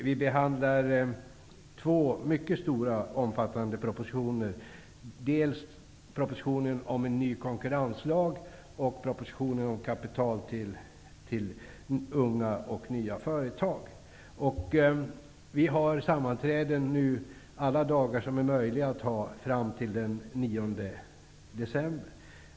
Vi behandlar två mycket stora och omfattande propositioner, dels propositionen om en ny konkurrenslag, dels propositionen om kapital till unga och nya företag. Vi har sammanträden alla dagar som det är möjligt fram till den 9 december.